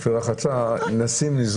אני לא יכול להחליט.